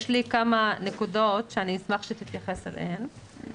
יש לי כמה נקודות שאשמח שתתייחס אליהן.